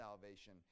salvation